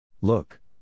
Look